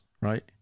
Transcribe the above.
right